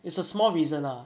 it's a small reason lah